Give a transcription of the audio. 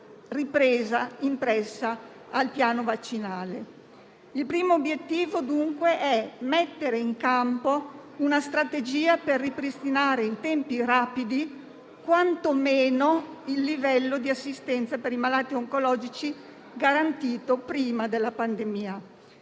ripresa impressa al piano vaccinale. Il primo obiettivo, dunque, è mettere in campo una strategia per ripristinare in tempi rapidi quantomeno il livello di assistenza per i malati oncologici garantito prima della pandemia,